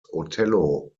othello